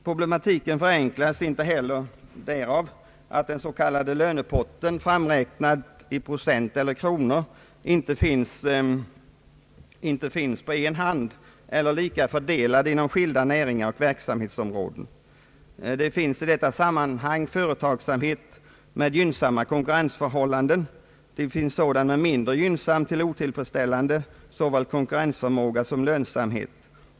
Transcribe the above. Problematiken förenklas inte heller av att den s.k. lönepotten, framräknad i procent eller kronor, inte finns på en hand eller lika fördelad inom skilda näringar och verksamhetsområden. Det finns i detta sammanhang företagsam het med gynnsamma konkurrensförhållanden, och det finns företagsamhet med mindre gynnsam till otillfredsställande såväl konkurrensförmåga som lönsamhet.